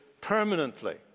permanently